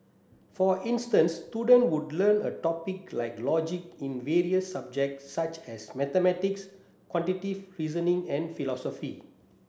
for instance student would learn a topic like logic in various subjects such as mathematics reasoning and philosophy